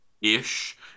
ish